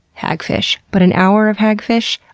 hagfish! but an hour of hagfish?